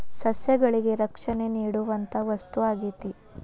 ಸಸ್ಯಗಳಿಗೆ ರಕ್ಷಣೆ ನೇಡುವಂತಾ ವಸ್ತು ಆಗೇತಿ